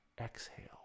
exhale